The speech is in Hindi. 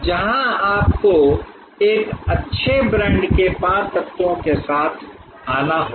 जहां आपको एक अच्छे ब्रांड के पांच तत्वों के साथ आना होगा